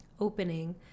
opening